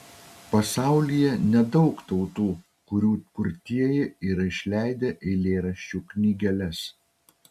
pasaulyje nedaug tautų kurių kurtieji yra išleidę eilėraščių knygeles